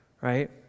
Right